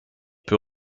peu